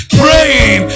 praying